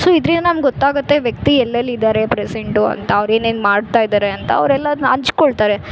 so ಇದ್ರಿಂದ ನಮ್ಗೆ ಗೊತ್ತಾಗುತ್ತೆ ವ್ಯಕ್ತಿ ಎಲ್ಲೆಲ್ಲಿ ಇದ್ದಾರೆ ಪ್ರೆಸೆಂಟು ಅಂತ ಅವ್ರು ಏನೇನು ಮಾಡ್ತಾ ಇದ್ದಾರೆ ಅಂತ ಅವ್ರು ಎಲ್ಲಾದನ್ನ ಹಂಚ್ಕೊಳ್ತಾರೆ